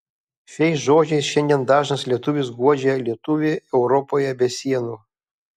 šiais žodžiais šiandien dažnas lietuvis guodžia lietuvį europoje be sienų